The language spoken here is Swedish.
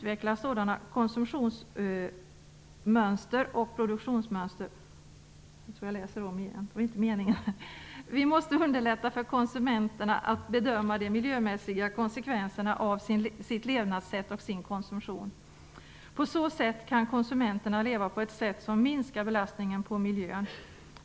Vi måste underlätta för konsumenten att bedöma de miljömässiga konsekvenserna av sitt levnadssätt och sin konsumtion. På så vis kan konsumenterna leva på ett sätt som minskar belastningen på miljön.